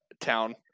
Town